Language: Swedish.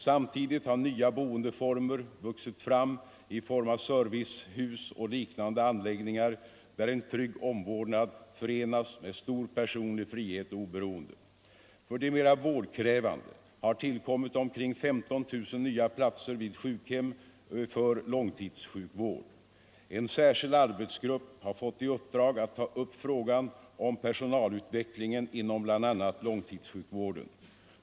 Samtidigt har nya boendeformer vuxit fram i form av servicehus och liknande anläggningar, där en trygg omvårdnad förenas med stor personlig frihet och oberoende. För de mera vårdkrävande har tillkommit omkring 15 000 nya platser vid sjukhem för långtidssjukvård. En särskild arbetsgrupp har fått i uppdrag att ta upp frågan om personalutvecklingen inom bl.a. långtidssjukvården.